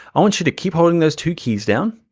i want you to keep holding this two keys down,